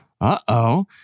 Uh-oh